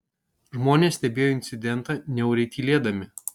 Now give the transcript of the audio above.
žmonės stebėjo incidentą niauriai tylėdami